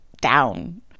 down